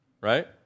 right